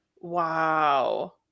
Wow